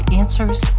answers